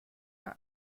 her